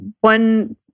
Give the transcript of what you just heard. One